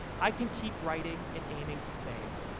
i can keep writing and aiming to save.